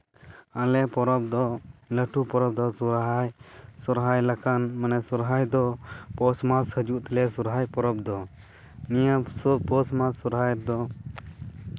ᱟᱞᱮ ᱯᱚᱨᱚᱵᱽ ᱫᱚ ᱞᱟᱹᱴᱩ ᱯᱚᱨᱚᱵᱽ ᱫᱚ ᱥᱚᱦᱨᱟᱭ ᱥᱚᱦᱨᱟᱭ ᱞᱮᱠᱟᱱ ᱢᱟᱱᱮ ᱥᱚᱦᱨᱟᱭ ᱫᱚ ᱯᱳᱥ ᱢᱟᱥ ᱦᱤᱡᱩᱜ ᱛᱟᱞᱮᱭᱟ ᱥᱚᱦᱨᱟᱭ ᱯᱚᱨᱚᱵᱽ ᱫᱚ ᱱᱤᱭᱟᱹ ᱯᱳᱥ ᱢᱟᱥ ᱥᱚᱦᱨᱟᱭ ᱫᱚ